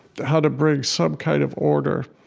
how to bring some kind of order